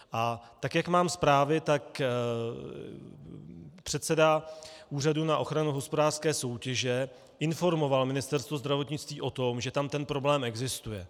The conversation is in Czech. A jak mám zprávy, tak předseda Úřadu na ochranu hospodářské soutěže informoval Ministerstvo zdravotnictví o tom, že tam problém existuje.